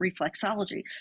reflexology